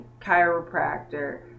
chiropractor